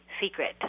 secret